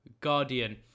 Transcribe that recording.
Guardian